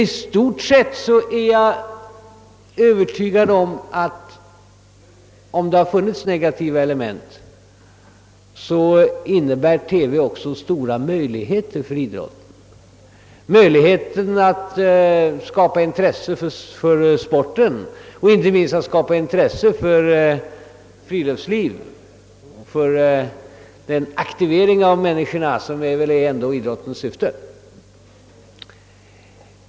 I stort tror jag dock att TV, även om det finns negativa element, innebär ökade möjligheter för idrotten när det gäller att skapa intresse för sport och inte minst för friluftsliv med den aktivering av människorna som väl är idrottens syfte.